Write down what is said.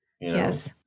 Yes